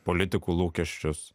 politikų lūkesčius